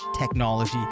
technology